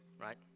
right